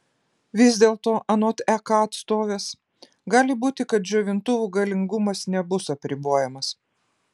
vis dėlto anot ek atstovės gali būti kad džiovintuvų galingumas nebus apribojamas